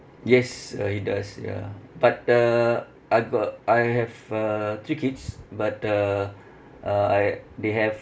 yes uh he does ya but uh I've got I have uh three kids but uh uh I they have